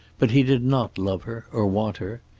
but he did not love her, or want her.